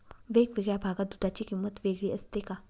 वेगवेगळ्या भागात दूधाची किंमत वेगळी असते का?